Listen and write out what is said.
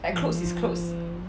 mm